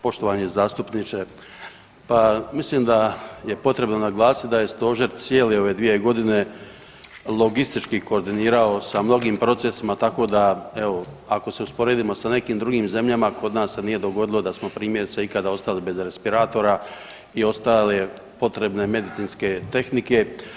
Poštovani zastupniče, pa mislim da je potrebno naglasit da je stožer cijele ove 2.g. logistički koordinirao sa mnogim procesima, tako da evo ako se usporedimo sa nekim drugim zemljama kod nas se nije dogodilo da smo primjerice ikada ostali bez respiratora i ostale potrebne medicinske tehnike.